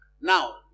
Now